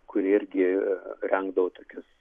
kuri irgi rengdavo tokius